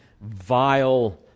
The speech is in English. vile